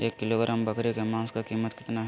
एक किलोग्राम बकरी के मांस का कीमत कितना है?